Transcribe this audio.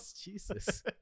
Jesus